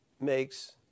makes